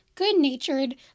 good-natured